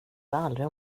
aldrig